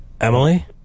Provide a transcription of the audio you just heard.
Emily